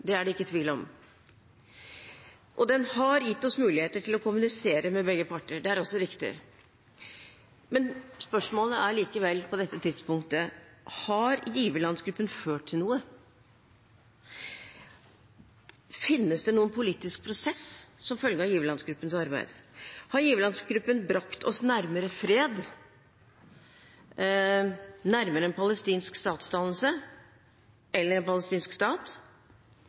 det er det ikke tvil om, og den har gitt oss mulighet til å kommunisere med begge parter – det er også riktig. Spørsmålene er likevel på dette tidspunktet: Har giverlandsgruppen ført til noe? Finnes det noen politisk prosess som følge av giverlandsgruppens arbeid? Har giverlandsgruppen brakt oss nærmere fred, nærmere en palestinsk statsdannelse eller en palestinsk stat?